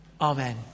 Amen